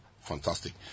Fantastic